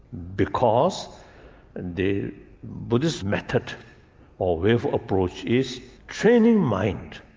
because the buddhist method or way of approach is training mind.